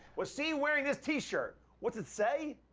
was seen wearing this t-shirt. what's it say?